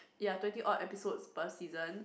ya twenty odd episodes per season